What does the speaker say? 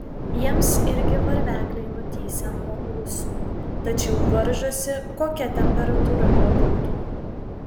jiems irgi varvekliai nutįsę nuo ūsų tačiau varžosi kokia temperatūra bebūtų